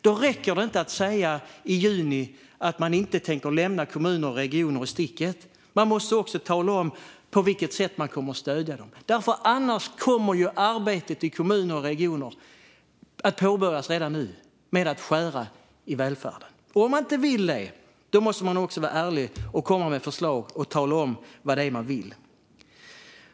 Då räcker det inte att i juni säga att man inte tänker lämna kommuner och regioner i sticket, utan man måste också tala om på vilket sätt man kommer att stödja dem. Annars kommer ju arbetet med att skära i välfärden i kommunerna och regionerna att påbörjas redan nu. Om man inte vill det måste man vara ärlig, komma med förslag och tala om vad det är man vill.